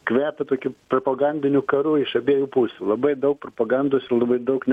kvepia tokiu propagandiniu karu iš abiejų pusių labai daug propagandos ir labai daug